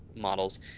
models